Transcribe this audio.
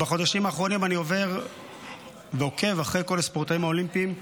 בחודשים האחרונים אני עובר ועוקב אחרי כל הספורטאים האולימפיים,